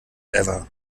ever